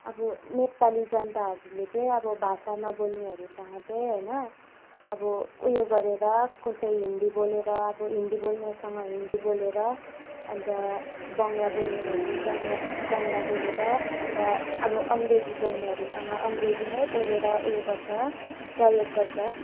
अब नेपाली जनताहरूले चाहिँ अब भाषा नबोल्नेहरूसँग चाहिँ होइन अब उयो गरेर कसै हिन्दी बोलेर अब हिन्दी बोल्नेसँग हिन्दी बोलेर अन्त बङ्ग्ला बोल्नेहरू बङ्ग्ला स् बङ्ग्ला बोलेर अन्त अब अङ्ग्रेजी बोल्नेहरूसँग अङ्ग्रेजी नै बोलेर उयो गर्छ प्रयोग गर्छ